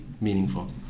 meaningful